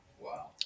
Wow